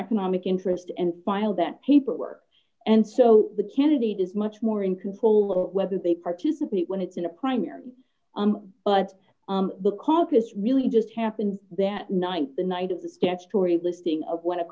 economic interest and file that paperwork and so the candidate is much more in control whether they participate when it's in a primary but the caucus really just happened that night the night of the statutory listing of what a